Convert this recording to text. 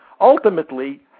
ultimately